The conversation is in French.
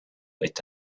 est